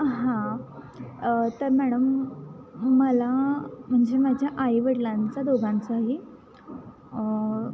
हां तर मॅडम मला म्हणजे माझ्या आईवडलांचा दोघांचाही